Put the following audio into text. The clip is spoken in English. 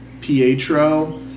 Pietro